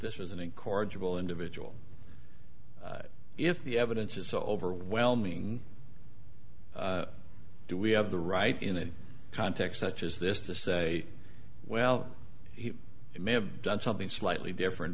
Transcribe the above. this was an incorrigible individual if the evidence is so overwhelming do we have the right in that context such as this to say well he may have done something slightly different